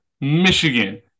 Michigan